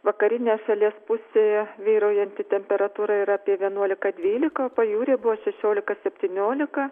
vakarinėj šalies pusėje vyraujanti temperatūra yra apie vienuolika dvylika pajūry buvo šešiolika septyniolika